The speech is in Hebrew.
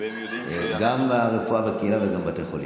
גם ברפואה בקהילה וגם בתי חולים.